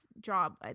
job